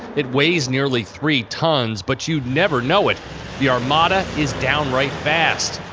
it weighs nearly three tons but you'd never know it the armada is downright fast.